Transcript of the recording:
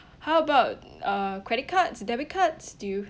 how about uh credit cards debit cards do you